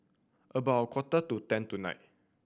about a quarter to ten tonight